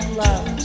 love